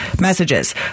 messages